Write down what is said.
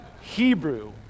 Hebrew